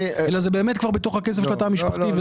אלא זה באמת כבר בתוך הכסף של התא המשפחתי.